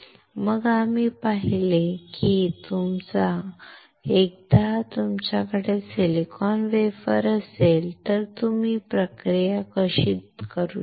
मग आम्ही पाहिले आहे की एकदा तुमच्याकडे सिलिकॉन वेफर असेल तर तुम्ही प्रक्रिया कशी करू शकता